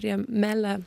prie mele